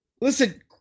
Listen